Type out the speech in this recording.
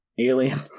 Alien